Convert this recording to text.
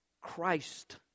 Christ